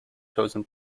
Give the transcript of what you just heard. chosen